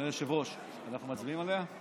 אדוני היושב-ראש, אנחנו מצביעים עליה?